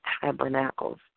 tabernacles